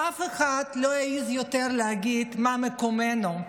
שאף אחד לא יעז יותר להגיד מה מקומנו.